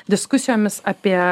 diskusijomis apie